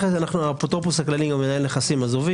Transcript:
האפוטרופוס הכללי גם מנהל נכסים עזובים